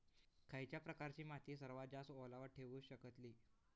खयच्या प्रकारची माती सर्वात जास्त ओलावा ठेवू शकतली?